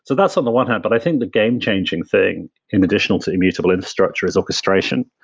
so that's on the one hand, but i think the game-changing thing in additional to immutable infrastructure is orchestration.